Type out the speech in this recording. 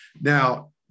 Now